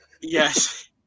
Yes